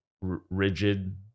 rigid